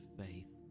faith